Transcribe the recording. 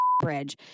bridge